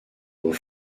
aux